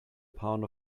pound